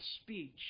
speech